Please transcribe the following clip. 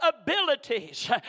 abilities